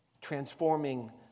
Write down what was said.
transforming